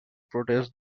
protest